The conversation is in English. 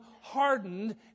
hardened